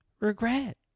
regret